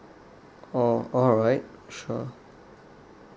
oh alright sure